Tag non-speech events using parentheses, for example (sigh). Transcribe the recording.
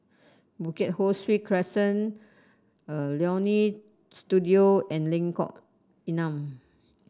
Bukit Ho Swee Crescent (hesitation) Leonie Studio and Lengkok Enam